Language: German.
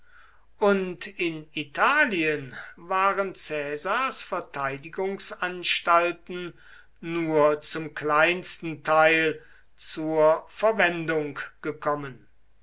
und in italien waren caesars verteidigungsanstalten nur zum kleinsten teil zur verwendung gekommen